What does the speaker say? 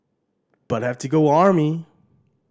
but have to go army